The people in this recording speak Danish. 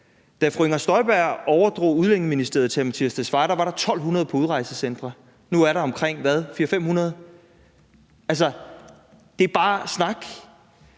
Da fru Inger Støjberg overdrog Udlændingeministeriet til hr. Mattias Tesfaye, var der 1.200 på udrejsecentre, nu er der omkring 400-500. Altså, det er bare snak.